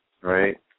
right